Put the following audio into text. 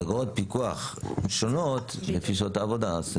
אז אגרות פיקוח שונות לפי שעות העבודה.